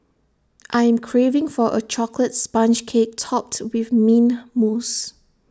I am craving for A Chocolate Sponge Cake Topped with Mint Mousse